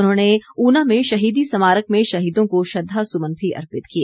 उन्होंने ऊना में शहीदी समारक में शहीदों को श्रद्वासुमन भी अर्पित किए